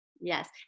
Yes